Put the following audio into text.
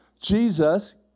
Jesus